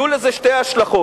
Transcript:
יהיו לזה שתי השלכות.